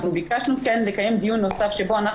אנחנו ביקשנו לקיים דיון נוסף שבו אנחנו